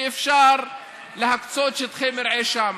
ואפשר להקצות שטחי מרעה שם,